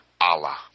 Allah